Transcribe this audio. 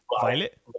Violet